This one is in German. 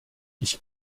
ich